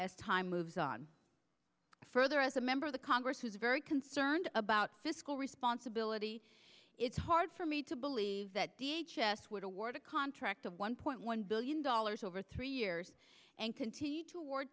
as time moves on further as a member of the congress who's very concerned about fiscal responsibility it's hard for me to believe that the h s would award a contract of one point one billion dollars over three years and continue to award